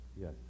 yes